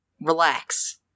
relax